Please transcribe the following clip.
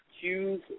choose